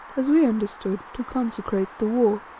as we understood, to consecrate the war.